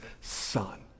Son